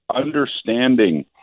understanding